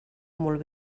molt